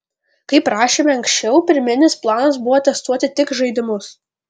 kaip rašėme anksčiau pirminis planas buvo testuoti tik žaidimus